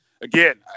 again